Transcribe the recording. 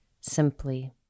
simply